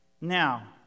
Now